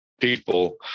people